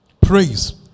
Praise